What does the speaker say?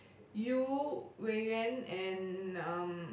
you Wei-Yan and um